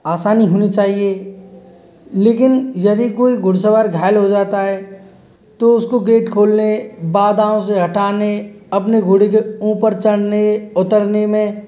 आसानी होनी चाहिए लेकिन यदि कोई घुड़सवार घायल हो जाता है तो उसको गेट खोलने बाधाओं से हटाने अपने घोड़े के ऊपर चढ़ने उतरने में